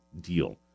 deal